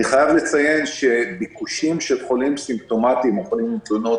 אני חייב לציין שבקרב חולים סימפטומטיים או חולים עם תלונות